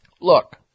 Look